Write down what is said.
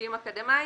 ללימודים אקדמאיים,